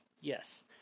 Yes